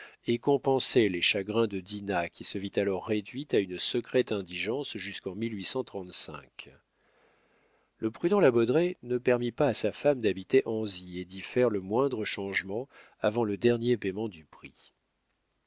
ait compensé les chagrins de dinah qui se vit alors réduite à une secrète indigence jusqu'en le prudent la baudraye ne permit pas à sa femme d'habiter anzy et d'y faire le moindre changement avant le dernier payement du prix